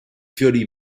fiori